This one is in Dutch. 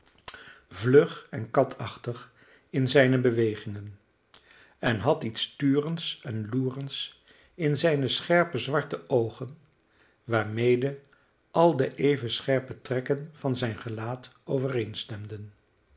vlug en katachtig in zijne bewegingen en had iets turends en loerends in zijne scherpe zwarte oogen waarmede al de even scherpe trekken van zijn gelaat